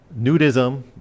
nudism